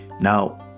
Now